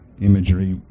imagery